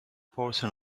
portion